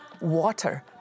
water